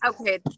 Okay